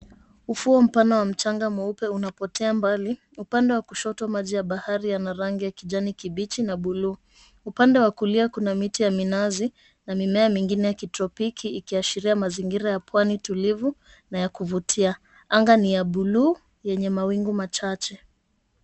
Ufuo mpana wa mchanga mweupe unapotea mbali, upande wa kushoto maji ya bahari yana rangi ya kijani kibichi na buluu. Upande wa kulia kuna miti ya minazi, na mimea mingine ya kitropiki, ikiashiria mazingira ya pwani tulivu na ya kuvutia. Anga ni ya buluu yenye mawingu machache.